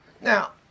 Now